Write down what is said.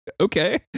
okay